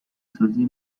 سازی